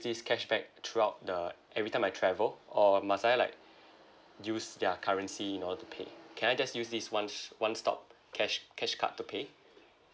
this cashback throughout the every time I travel or must I like use their currency in order to pay can I just use this one one stop cash cash card to pay